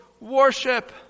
worship